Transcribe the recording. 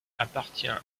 appartient